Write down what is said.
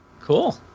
Cool